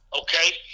okay